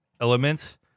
elements